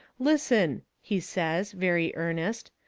listen, he says, very earnest,